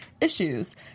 issues